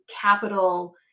capital